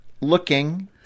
looking